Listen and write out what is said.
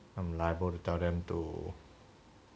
I'm liable to tell them to